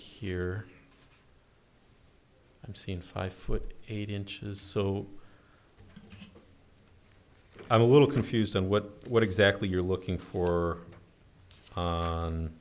here i'm seeing five foot eight inches so i'm a little confused on what what exactly you're looking for